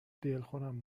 دلخورم